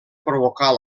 provocar